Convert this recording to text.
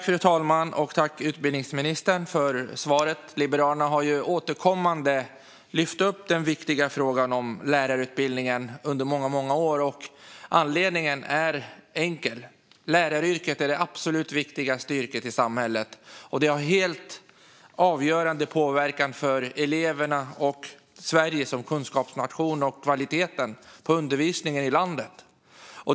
Fru talman! Tack, utbildningsministern, för svaret! Liberalerna har återkommande och under många år lyft upp den viktiga frågan om lärarutbildningen. Anledningen är enkel. Läraryrket är det absolut viktigaste yrket i samhället. Det har avgörande betydelse för eleverna, Sverige som kunskapsnation och kvaliteten på undervisningen i landet.